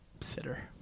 sitter